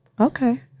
Okay